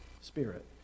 Spirit